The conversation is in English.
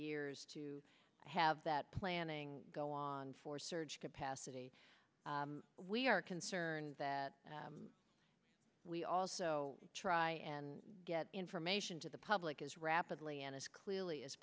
years to have that planning go on for surge capacity we are concerned that we also try and get information to the public as rapidly and as clearly as